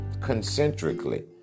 concentrically